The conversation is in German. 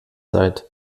seid